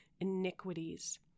iniquities